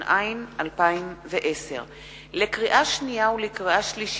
התש"ע 2010. לקריאה שנייה ולקריאה שלישית: